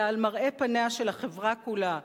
אלא על מראה פניה של החברה כולה,